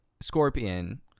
Scorpion